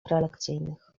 prelekcyjnych